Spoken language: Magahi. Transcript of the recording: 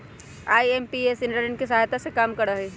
आई.एम.पी.एस इंटरनेट के सहायता से काम करा हई